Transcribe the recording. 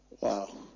wow